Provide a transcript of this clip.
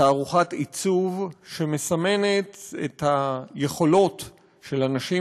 תערוכת עיצוב שמסמנת את היכולות של אנשים